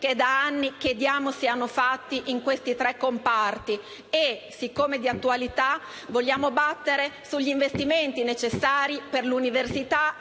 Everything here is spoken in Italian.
che da anni chiediamo siano fatti in questi tre comparti. È di attualità quindi vogliamo battere sugli investimenti necessari per l'università